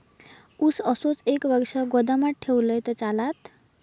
ऊस असोच एक वर्ष गोदामात ठेवलंय तर चालात?